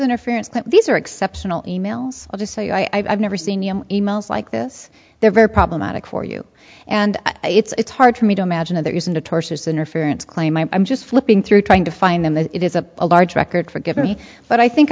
interference these are exceptional e mails i'll just say i've never seen e mails like this they're very problematic for you and it's hard for me to imagine that there isn't a tortious interference claim i'm just flipping through trying to find them then it is a large record forgive me but i think